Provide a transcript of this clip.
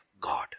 God